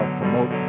promote